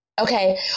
okay